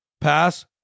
pass